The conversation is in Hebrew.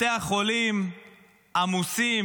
בתי החולים עמוסים.